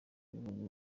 b’ibihugu